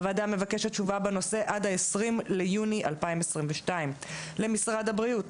הוועדה מבקשת תשובה בנושא עד 20 ביוני 2022. למשרד הבריאות,